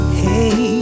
hey